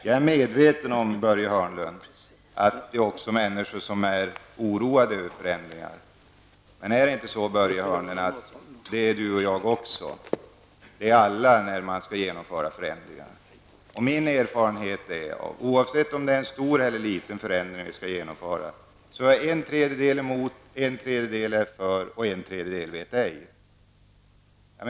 Jag är medveten om, Börje Hörnlund, att det också finns människor som är oroade över förändringar. Är det inte så, Börje Hörnlund, att det är du och jag också -- det är alla. Min erfarenhet är att oavsett om det är en stor eller en liten förändring som skall genomföras är en tredjedel emot, en tredjedel för och en tredjedel vet ej.